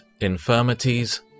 Infirmities